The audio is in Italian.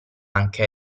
anche